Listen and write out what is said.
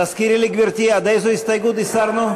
תזכירי לי, גברתי, עד איזו הסתייגות הסרנו?